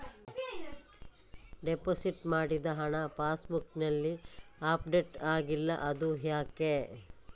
Deposit ಮಾಡಿದ ಹಣ pass ಬುಕ್ನಲ್ಲಿ ಅಪ್ಡೇಟ್ ಆಗಿಲ್ಲ ಅದು ಯಾಕೆ?